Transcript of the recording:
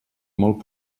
molt